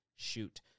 shoot